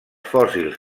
fòssils